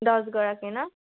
দহগৰাকী ন